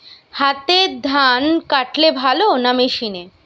হাতে ধান কাটলে ভালো না মেশিনে?